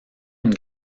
une